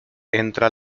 entra